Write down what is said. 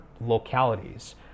localities